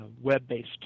web-based